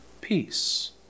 peace